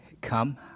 come